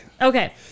Okay